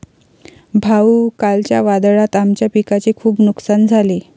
भाऊ, कालच्या वादळात आमच्या पिकाचे खूप नुकसान झाले